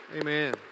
Amen